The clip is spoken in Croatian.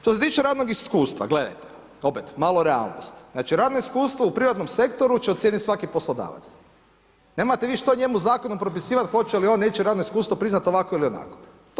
Što se tiče radnog iskustva, gledajte opet malo realnosti, znači radno iskustvo u prirodnom sektoru će ocijeniti svaki poslodavac, nemate vi njemu što zakonom propisivat hoće li on neće radno iskustvo priznat ovako onako.